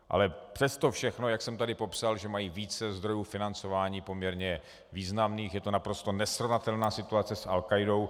Ale přes to všechno, jak jsem tady popsal, že mají více zdrojů financování poměrně významných, je to naprosto nesrovnatelná situace s AlKáidou.